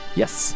yes